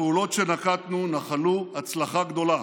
הפעולות שנקטנו נחלו הצלחה גדולה.